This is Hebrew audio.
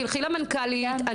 תלכי למנכ"לית.